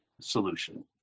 solution